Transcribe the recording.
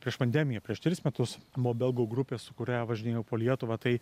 prieš pandemiją prieš tris metus buvo belgų grupė su kuria važinėjau po lietuvą tai